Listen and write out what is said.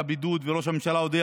ראש הממשלה הודיע,